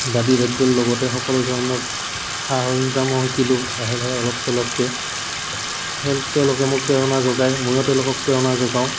বাদী বাদ্যৰ লগতে সকলো ধৰণৰ সা সৰঞ্জামো শিকিলোঁ লাহে লাহে অলপ চলপকৈ হেল্প তেওঁলোকে মোক প্ৰেৰণা যোগায় ময়ো তেওঁলোকক প্ৰেৰণা যোগাওঁ